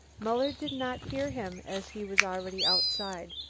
muller did not hear him as he was already outside.